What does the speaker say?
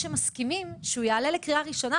שמסכימים שהוא יעלה לקריאה ראשונה,